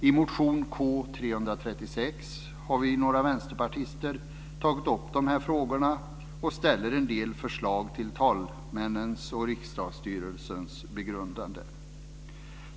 I motion K336 har vi några vänsterpartister tagit upp de frågorna och ställer en del förslag till talmännens och riksdagsstyrelsens begrundande.